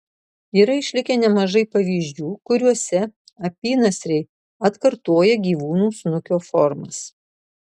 yra išlikę nemažai pavyzdžių kuriuose apynasriai atkartoja gyvūnų snukio formas